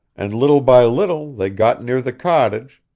and little by little they got near the cottage,